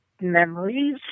memories